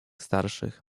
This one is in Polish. starszych